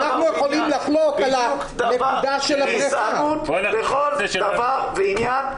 בדיוק גזענות לכל דבר ועניין.